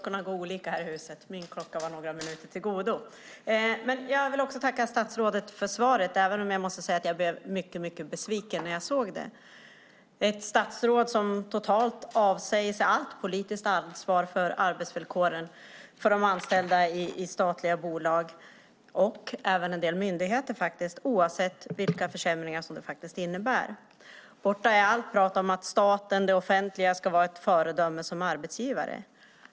Fru talman! Jag vill tacka statsrådet för svaret, även om jag måste säga att jag blev mycket besviken när jag såg det. Statsrådet avsäger sig totalt allt politiskt ansvar för arbetsvillkoren för de anställda i statliga bolag och även en del myndigheter, oavsett vilka försämringar som det faktiskt innebär. Borta är allt prat om att staten och det offentliga ska vara ett föredöme som arbetsgivare.